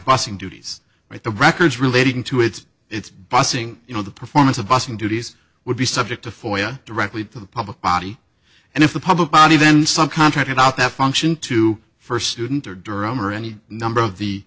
bussing duties at the records relating to it it's busing you know the performance of bussing duties would be subject to foil directly to the public body and if the public body then some contracted out that function to first student or durham or any number of the